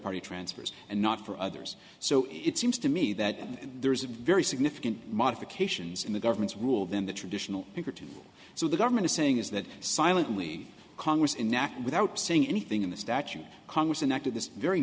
party transfers and not for others so it seems to me that there's a very significant modifications in the government's rule than the traditional so the government is saying is that silently congress enact without saying anything in the statute congress enacted this very